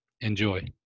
Enjoy